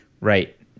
right